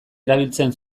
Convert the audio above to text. erabiltzen